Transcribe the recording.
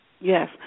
Yes